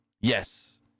Yes